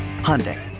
Hyundai